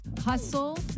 Hustle